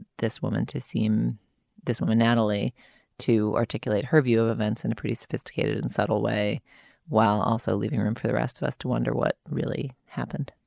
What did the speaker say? this woman to seem this woman natalie to articulate her view of events in a pretty sophisticated and subtle way while also leaving room for the rest of us to wonder what really happened